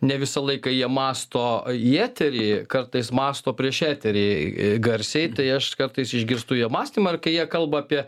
ne visą laiką jie mąsto į eterį kartais mąsto prieš eterį garsiai tai aš kartais išgirstu jų mąstymą ir kai jie kalba apie